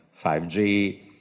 5G